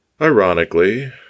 Ironically